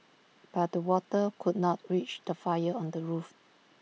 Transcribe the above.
but the water could not reach the fire on the roof